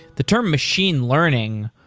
the term machine learning,